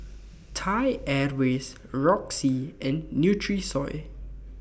Thai Airways Roxy and Nutrisoy